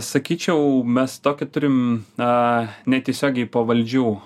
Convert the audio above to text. sakyčiau mes tokį turime na ne tiesiogiai pavaldžių